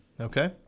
Okay